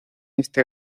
este